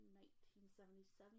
1977